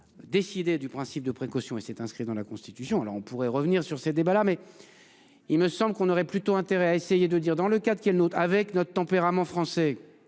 décidé du principe de précaution et s'est inscrit dans la constitution là on pourrait revenir sur ces débats-là mais. Il me semble qu'on aurait plutôt intérêt à essayer de dire dans le cas de qui est le nôtre avec notre tempérament français